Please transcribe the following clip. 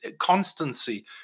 constancy